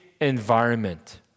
environment